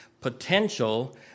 potential